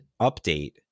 update